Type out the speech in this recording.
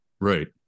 Right